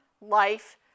life